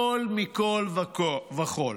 הכול מכול וכול.